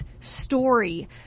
story